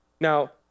Now